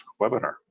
webinar